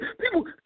people